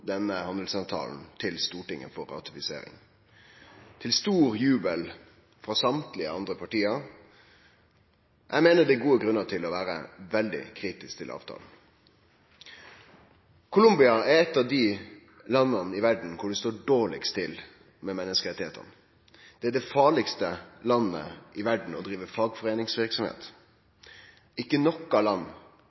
denne handelsavtalen til Stortinget for å bli ratifisert, til stor jubel frå alle dei andre partia. Eg meiner det er gode grunnar til å vere veldig kritisk til avtalen. Colombia er eit av dei landa i verda der det står dårlegast til med menneskerettane. Det er det farlegaste landet i verda å drive fagforeiningsverksemd i. Ikkje i noko land